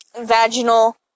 vaginal